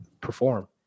perform